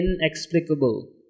inexplicable